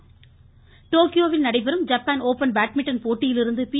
badminton டோக்கியோவில் நடைபெறும் Japan open badminton போட்டியிலிருந்து பி